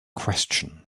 question